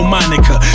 Monica